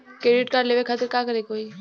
Credit card लेवे खातिर का करे के होई?